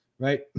right